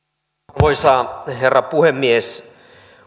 arvoisa herra puhemies